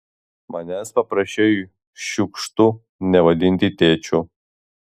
manęs paprašei šiukštu nevadinti tėčiu